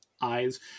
eyes